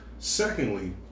Secondly